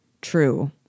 True